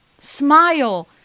smile